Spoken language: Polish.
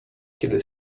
kiedy